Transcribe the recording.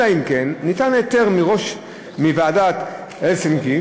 אלא אם כן ניתן היתר מראש מוועדת הלסינקי